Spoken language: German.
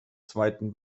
zweiten